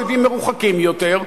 אויבים מרוחקים יותר,